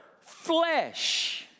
flesh